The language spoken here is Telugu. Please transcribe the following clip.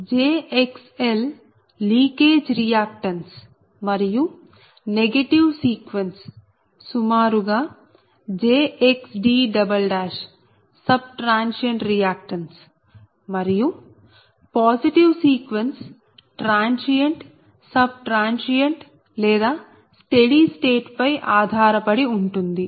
jXl లీకేజ్ రియాక్టన్స్ మరియు నెగిటివ్ సీక్వెన్స్ సుమారుగా jXd సబ్ ట్రాన్సియెంట్ రియాక్టన్స్ మరియు positive sequence transient sub transient లేదా స్టెడీ స్టేట్ పై ఆధారపడి ఉంటుంది